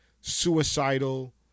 suicidal